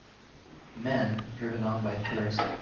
men, driven on by thirst,